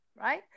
Right